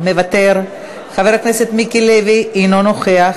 מוותר, חבר הכנסת מיקי לוי, אינו נוכח,